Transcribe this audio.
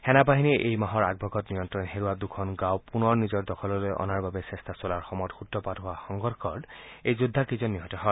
সেনাবাহিনীয়ে এই মাহৰ আগভাগত নিয়ল্ণণ হেৰুওৱা দুখন গাঁৱ পুনৰ নিজৰ দখললৈ অনাৰ বাবে চেষ্টা চলোৱাৰ সময়ত সূত্ৰপাত হোৱা সংৰ্যষত এই যোদ্ধাকেইজন নিহত হয়